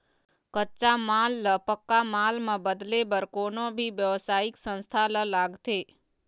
कच्चा माल ल पक्का माल म बदले बर कोनो भी बेवसायिक संस्था ल लागथे